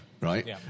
right